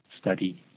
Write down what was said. study